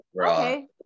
okay